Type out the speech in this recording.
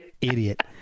idiot